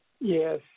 Yes